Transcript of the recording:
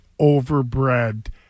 overbred